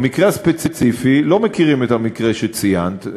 במקרה הספציפי, לא מכירים את המקרה שציינת.